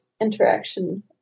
interaction